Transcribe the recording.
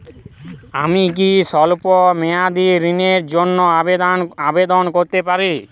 আমি কি স্বল্প মেয়াদি ঋণের জন্যে আবেদন করতে পারি?